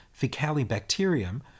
Fecalibacterium